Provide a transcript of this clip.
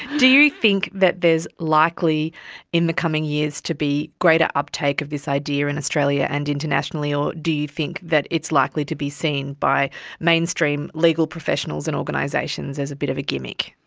do you think that there is likely in the coming years to be greater uptake of this idea in australia and internationally, or do you think that it's likely to be seen by mainstream legal professionals and organisations as a bit of a gimmick?